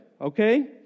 okay